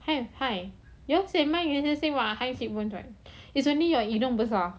have high yours and mine is the same [what] high cheekbones right it's only your hidung besar